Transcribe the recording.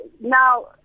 now